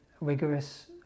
rigorous